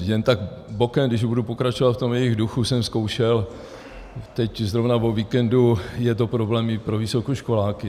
Jen tak bokem, když budu pokračovat v tom jejich duchu, jsem zkoušel teď zrovna o víkendu, je to problém i pro vysokoškoláky.